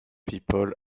people